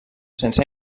sense